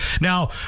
Now